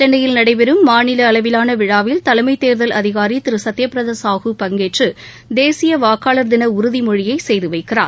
சென்னையில் நடைபெறும் மாநில அளவிலான விழாவில் தலைமை தேர்தல் அதிகாரி திரு சத்ய பிரத சாஹூ பங்கேற்று தேசிய வாக்காளர் தின உறுதிமொழியை செய்து வைக்கிறார்